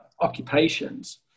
occupations